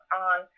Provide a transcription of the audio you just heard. on